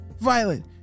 Violet